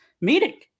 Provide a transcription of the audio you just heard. meeting